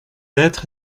être